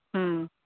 হুম